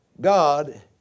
God